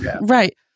Right